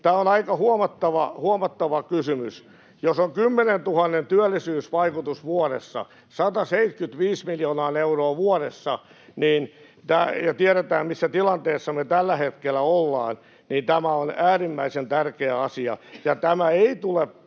tämä on aika huomattava kysymys. Jos on 10 000:n työllisyysvaikutus vuodessa, 175 miljoonaa euroa vuodessa, ja tiedetään, missä tilanteessa me tällä hetkellä ollaan, niin tämä on äärimmäisen tärkeä asia. Ja tämä ei tule